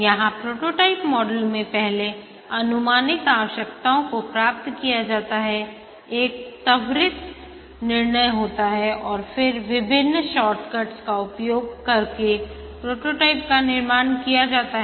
यहां prototype model में पहले अनुमानित आवश्यकताओं को प्राप्त किया जाता है एक त्वरित निर्णय होता है और फिर विभिन्न शॉर्टकट्स का उपयोग करके प्रोटोटाइप का निर्माण किया जाता है